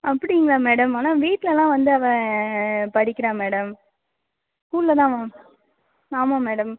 அப்படிங்களா மேடம் ஆனால் வீட்ல எல்லாம் வந்து அவன் படிக்கிறான் மேடம் ஸ்கூல்ல தான் ஆமாம் மேடம்